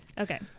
Okay